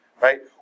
right